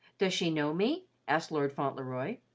does she know me? asked lord fauntleroy.